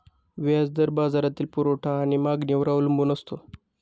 व्याज दर बाजारातील पुरवठा आणि मागणीवर अवलंबून असतो